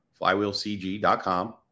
flywheelcg.com